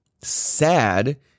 sad